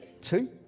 two